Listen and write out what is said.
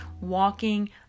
Walking